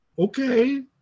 okay